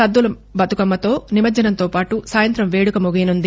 సద్దుల బతుకమ్మతో నిమజ్ఞనంతో సాయంతం వేడుక ముగియనుంది